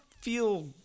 feel